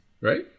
right